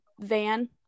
van